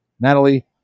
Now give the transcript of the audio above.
Natalie